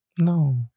no